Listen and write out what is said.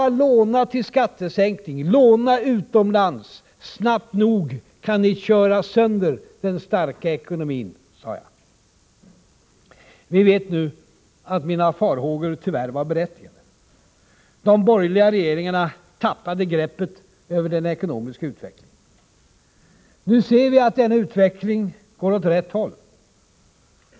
”Låna till skattesänkning, låna utomlands — snabbt nog kan ni köra sönder den starka ekonomin”, sade jag. Vi vet nu att mina farhågor tyvärr var berättigade. De borgerliga regeringarna tappade greppet över den ekonomiska utvecklingen. Nu ser vi åter att den ekonomiska utvecklingen går åt rätt håll.